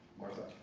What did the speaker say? martha